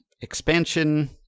expansion